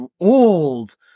old